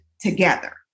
together